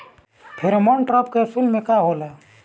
Pheromone trap capsule में का होला?